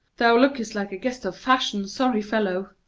thou lookest like a guest of fashion, sorry fellow!